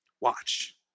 watch